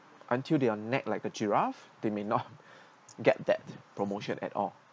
until their neck like a giraffe they may not get that promotion at all